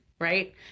right